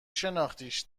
شناختیش